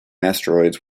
asteroids